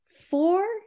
four